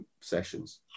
sessions